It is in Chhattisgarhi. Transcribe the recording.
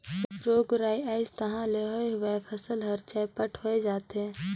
रोग राई अइस तहां ले होए हुवाए फसल हर चैपट होए जाथे